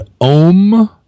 Om